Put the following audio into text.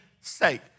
sake